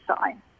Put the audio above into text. sign